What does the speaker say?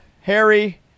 Harry